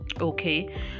okay